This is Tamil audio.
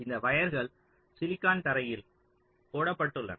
இந்த வயர்கள் சிலிக்கான் தரையில் போடப்பட்டுள்ளன